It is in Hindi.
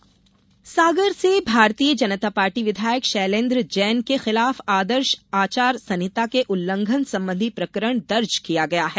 आचार संहिता उल्लंघन सागर से भारतीय जनता पार्टी विधायक शैलेन्द्र जैन के खिलाफ आदर्श आचार संहिता के उल्लंघन संबंधी प्रकरण दर्ज किया गया है